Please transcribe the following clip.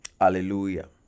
Hallelujah